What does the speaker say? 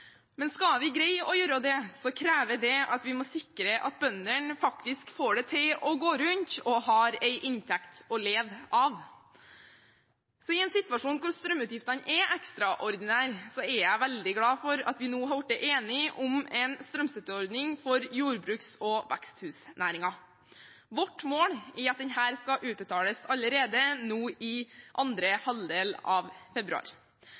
Skal vi greie å gjøre det, krever det at vi må vi sikre at bøndene faktisk får det til å gå rundt og har en inntekt å leve av. I en situasjon hvor strømutgiftene er ekstraordinære, er jeg veldig glad for at vi nå er blitt enige om en strømstøtteordning for jordbruks- og veksthusnæringen. Vårt mål er at denne skal utbetales allerede nå, i andre halvdel av februar.